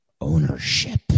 Ownership